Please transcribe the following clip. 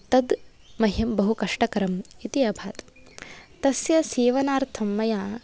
तद् मह्यं बहुकष्टकरम् इति अभात् तस्य सीवनार्थं मया